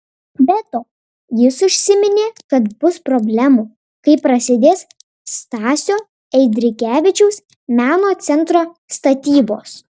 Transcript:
be to jis užsiminė kad bus problemų kai prasidės stasio eidrigevičiaus meno centro statybos